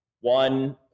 one